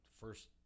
first